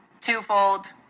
twofold